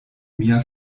mia